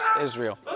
Israel